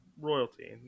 royalty